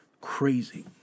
Crazy